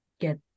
get